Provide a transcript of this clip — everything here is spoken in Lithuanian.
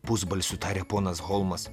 pusbalsiu tarė ponas holmas